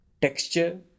Texture